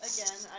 Again